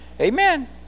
Amen